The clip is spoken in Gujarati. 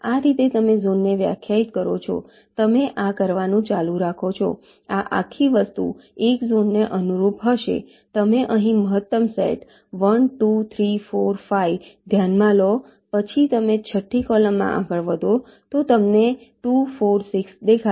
આ રીતે તમે ઝોનને વ્યાખ્યાયિત કરો છો તમે આ કરવાનું ચાલુ રાખો છો આ આખી વસ્તુ એક ઝોનને અનુરૂપ હશે તમે અહીં મહત્તમ સેટ 1 2 3 4 5 ધ્યાનમાં લો પછી તમે છઠ્ઠી કૉલમમાં આગળ વધો તો તમને 2 4 6 દેખાશે